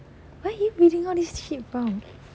where are you reading all these from